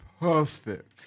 perfect